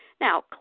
Now